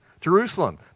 Jerusalem